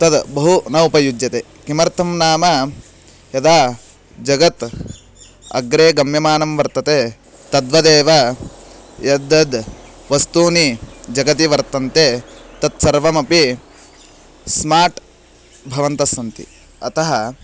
तद् बहु न उपयुज्यते किमर्थं नाम यदा जगत् अग्रे गम्यमानं वर्तते तद्वदेव यद्यद् वस्तूनि जगति वर्तन्ते तत्सर्वमपि स्मार्ट् भवन्तः सन्ति अतः